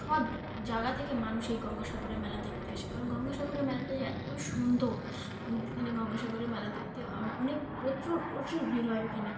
সব জায়গা থেকে মানুষ এই গঙ্গাসাগরের মেলা দেখতে আসে কারণ গঙ্গাসাগরের মেলাটা যে এতই সুন্দর এখানে গঙ্গাসাগরের মেলা দেখতে অনেক প্রচুর প্রচুর ভিড় হয় ওখানে